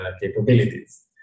capabilities